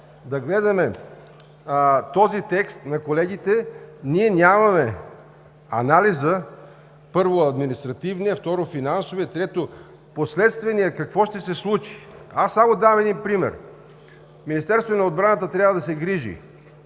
да гледаме този текст на колегите, ние нямаме анализа, първо административния, второ, финансовия, трето, последствения какво ще се случи. Давам един пример. Министерството на отбраната трябва да се грижи